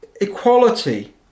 equality